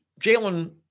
Jalen